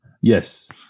Yes